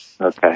Okay